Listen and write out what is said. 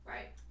Right